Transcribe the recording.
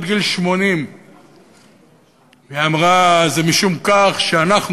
גיל 80. היא אמרה: זה משום כך שאנחנו,